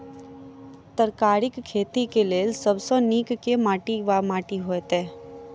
तरकारीक खेती केँ लेल सब सऽ नीक केँ माटि वा माटि हेतै?